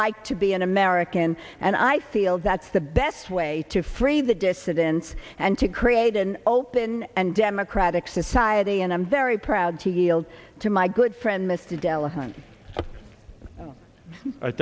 like to be an american and i feel that's the best way to free the dissidents and to create an open and democratic society and i'm very proud to yield to my good friend